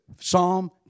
Psalm